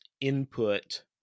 input